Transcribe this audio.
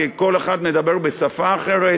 כי כל אחד מדבר בשפה אחרת,